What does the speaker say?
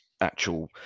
actual